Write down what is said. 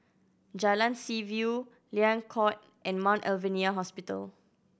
Jalan Seaview Liang Court and Mount Alvernia Hospital